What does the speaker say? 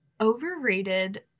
overrated